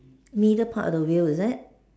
middle part of the wheel is it